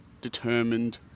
determined